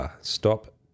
stop